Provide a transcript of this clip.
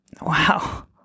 Wow